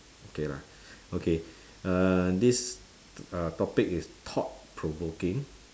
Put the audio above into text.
okay lah okay uh this uh topic is thought provoking